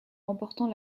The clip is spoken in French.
remportant